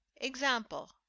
Example